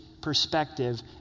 perspective